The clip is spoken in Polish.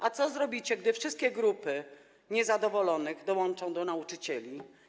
A co zrobicie, gdy wszystkie grupy niezadowolonych dołączą do nauczycieli?